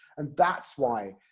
and that's why,